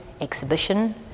exhibition